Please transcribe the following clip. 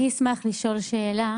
אני אשמח לשאול שאלה.